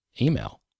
email